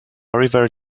river